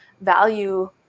value